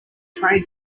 train